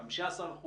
15%,